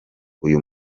uyu